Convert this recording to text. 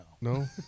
No